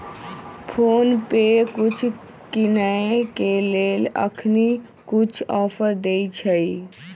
PhonePe कुछ किनेय के लेल अखनी कुछ ऑफर देँइ छइ